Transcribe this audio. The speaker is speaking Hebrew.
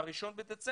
1.12,